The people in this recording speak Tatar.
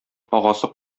агасы